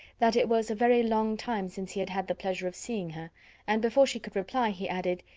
that it was a very long time since he had had the pleasure of seeing her and, before she could reply, he added,